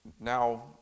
now